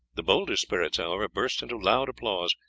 the bolder spirits, however, burst into loud applause,